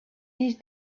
these